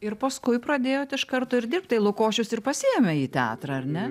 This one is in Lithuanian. ir paskui pradėjot iš karto ir dirbt tai lukošius ir pasiėmė į teatrą ar ne